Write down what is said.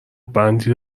بندی